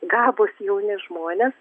gabūs jauni žmonės